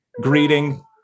greeting